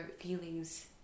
feelings